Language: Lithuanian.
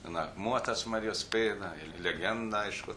ten akmuo tas marijos pėda ir legenda aišku